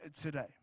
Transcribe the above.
today